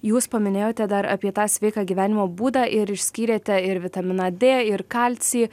jūs paminėjote dar apie tą sveiką gyvenimo būdą ir išskyrėte ir vitaminą d ir kalcį